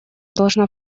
должна